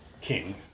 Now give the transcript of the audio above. king